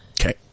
Okay